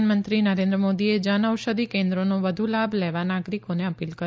પ્રધાનમંત્રી નરેન્દ્ર મોદીએ જન ઔષધિ કેન્દ્રોનો વધુ લાભ લેવા નાગરિકોને અપીલ કરી